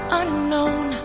unknown